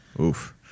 oof